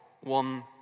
one